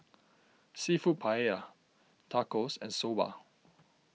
Seafood Paella Tacos and Soba